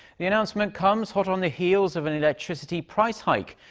the announcement comes hot on the heels of an electricity price hike.